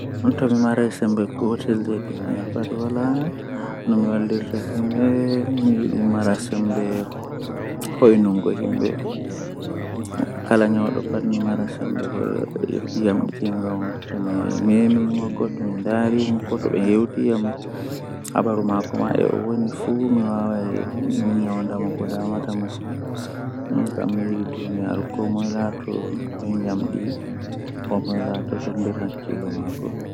Ndikkina mi minana gimiiji jooni ngam jotta on jamanu am nden gimi man midon faama ko be watta bedon wiya haa maajum masin amma gimiiji amma gimiiji boima ko saali-saali kanjum buran welugo ndotti en be himbeeji naane-naane ngamman ndikkinami gimiiji jonta